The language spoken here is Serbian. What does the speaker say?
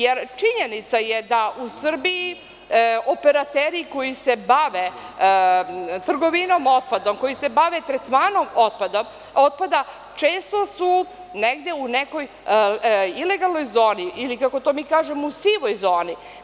Jer, činjenica je da u Srbiji operateri koji se bave trgovinom otpadom, koji se bave tretmanom otpada, često su negde u nekoj ilegalnoj zoni, ili kako mi to kažemo u sivoj zoni.